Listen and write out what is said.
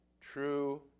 true